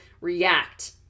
react